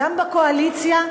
גם בקואליציה,